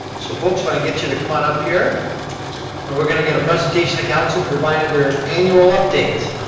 so folks, if i can and get you to come on up here. and we're going to get a presentation to council providing their annual update.